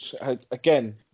again